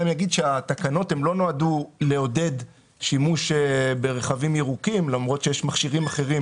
שהתקנות לא נועדו לעודד שימוש ברכבים ירוקים למרות שיש מכשירים אחרים